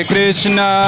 Krishna